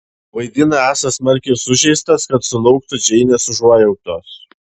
vaidina esąs smarkiai sužeistas kad sulauktų džeinės užuojautos